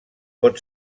pot